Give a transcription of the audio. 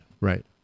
Right